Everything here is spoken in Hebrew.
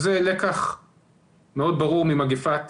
זה לקח מאוד ברור ממגפת